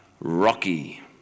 Rocky